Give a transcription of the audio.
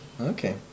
okay